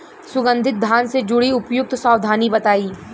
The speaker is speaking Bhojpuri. सुगंधित धान से जुड़ी उपयुक्त सावधानी बताई?